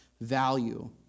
value